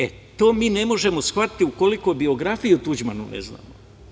E, to mi ne možemo shvatiti, ukoliko biografiju Tuđmanovu ne znamo.